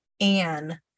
Anne